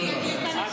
אנחנו